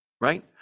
right